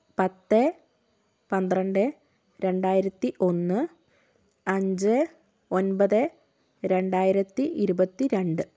പത്ത് പന്ത്രണ്ട് രണ്ടായിരത്തി ഒന്ന് അഞ്ച് ഒൻപത് രണ്ടായിരത്തി ഇരുപത്തി രണ്ട്